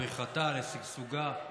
לפריחתה, לשגשוגה.